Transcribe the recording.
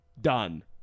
done